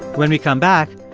when we come back,